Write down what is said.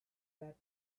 that